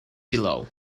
below